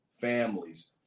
families